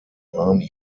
army